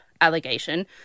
allegation